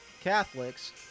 Catholics